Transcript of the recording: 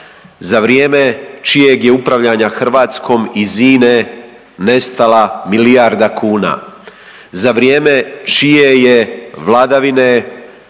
za vrijeme čijeg je upravljanja Hrvatskom iz INA-e nestala milijarda kuna, za vrijeme čije je vladavine